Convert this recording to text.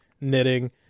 knitting